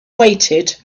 waited